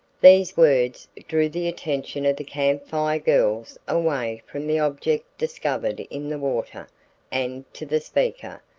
these words drew the attention of the camp fire girls away from the object discovered in the water and to the speaker,